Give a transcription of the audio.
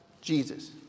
Jesus